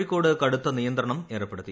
കോഴിക്കോട് കടുത്ത നിയന്ത്രണം ഏർപ്പെടുത്തി